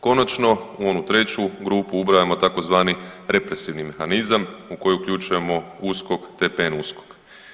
Konačno u onu treću grupu ubrajamo tzv. represivni mehanizam u koji uključujemo USKOK te PN USKOK.